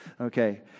Okay